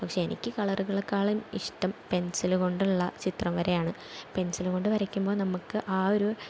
പക്ഷെ എനിക്ക് കളറുകളെക്കാളും ഇഷ്ടം പെന്സില് കൊണ്ടുള്ള ചിത്രം വരയാണ് പെന്സില് കൊണ്ട് വരയ്ക്കുമ്പോൾ നമ്മൾക്ക് ആ ഒരു